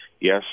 yes